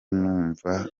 numva